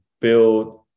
build